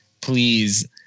please